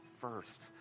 first